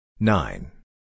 Nine